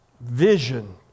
vision